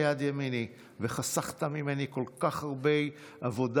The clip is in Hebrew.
יד ימיני וחסכת ממני כל כך הרבה עבודה.